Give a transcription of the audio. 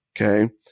Okay